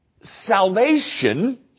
salvation